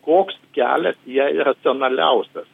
koks kelias jai racionaliausias